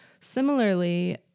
Similarly